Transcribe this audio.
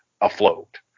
afloat